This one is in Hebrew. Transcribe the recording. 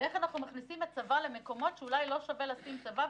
ואיך אנחנו מכניסים את הצבא למקומות שאולי לא שווה לשים בהם צבא.